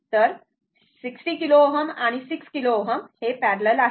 तर 60 किलो Ω आणि 6 किलो Ω हे पॅरलल आहेत